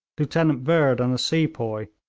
lieutenant bird and a sepoy,